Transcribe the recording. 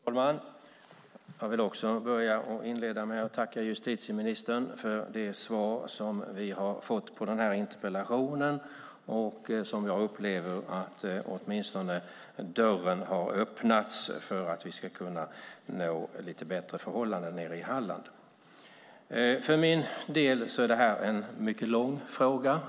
Herr talman! Jag vill också inleda med att tacka justitieministern för det svar som vi har fått på den här interpellationen. Jag upplever att dörren har öppnats för att vi ska kunna få lite bättre förhållanden nere i Halland. För min del är detta en mycket långvarig fråga.